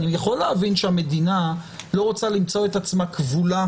אני יכול להבין שהמדינה לא רוצה למצוא את עצמה כבולה.